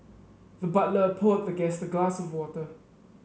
the butler poured the guest a glass of water